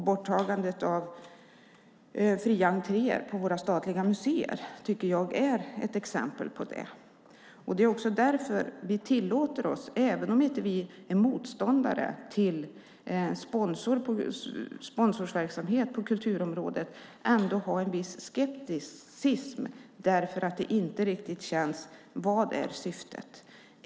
Borttagande av fria entréer på våra statliga museer är ett exempel på det. Även om vi inte är motståndare till sponsorverksamhet på kulturområdet tillåter vi oss ändå att vara skeptiska eftersom frågan om syftet återstår.